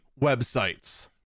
websites